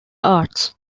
arts